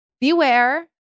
beware